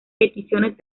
peticiones